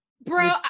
bro